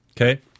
Okay